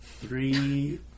Three